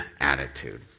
attitude